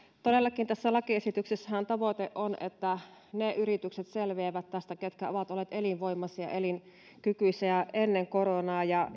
todellakin tässä lakiesityksessähän tavoite on että tästä selviävät ne yritykset ketkä ovat olleet elinvoimaisia elinkykyisiä jo ennen koronaa ja